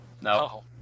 No